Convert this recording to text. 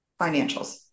financials